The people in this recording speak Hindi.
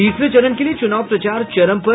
तीसरे चरण के लिये चूनाव प्रचार चरम पर